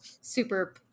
super